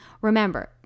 Remember